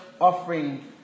offering